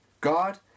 God